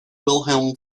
wilhelm